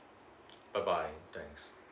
bye bye thanks